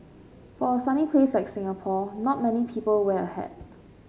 for a sunny place like Singapore not many people wear a hat